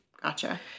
Gotcha